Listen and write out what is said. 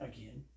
Again